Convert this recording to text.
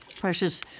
Precious